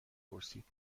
پرسید